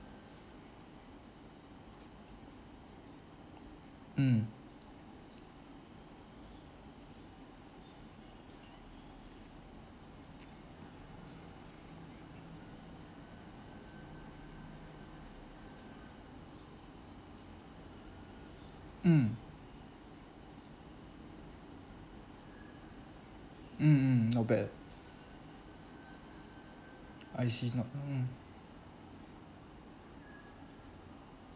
mm mm mm mm mm not bad I see not mm